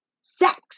sex